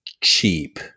cheap